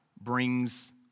brings